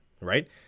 right